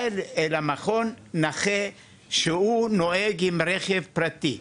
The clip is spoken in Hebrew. בא למכון נכה שהוא נוהג עם רכב פרטי,